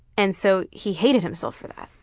and so he hated himself for that.